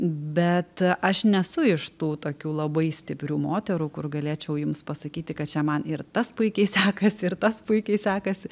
bet aš nesu iš tų tokių labai stiprių moterų kur galėčiau jums pasakyti kad čia man ir tas puikiai sekasi ir tas puikiai sekasi